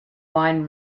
wine